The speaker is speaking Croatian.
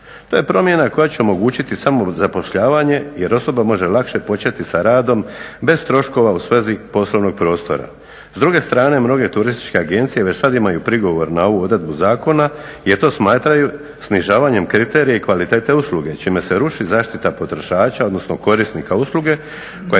To je promjena koja će omogućiti samozapošljavanje jer osoba može lakše početi sa radom bez troškova u svezi poslovnog prostora. S druge strane mnoge turističke agencije već sada imaju prigovor na ovu odredbu zakona jer to smatraju snižavanjem kriterija i kvalitete usluge s čime se ruši zaštita potrošača odnosno korisnika usluge koja